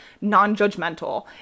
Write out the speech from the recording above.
non-judgmental